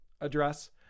address